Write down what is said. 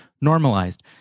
normalized